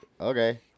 Okay